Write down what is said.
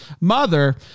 mother